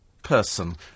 person